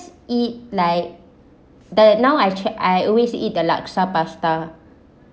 eat like the now I check I always eat the laksa pasta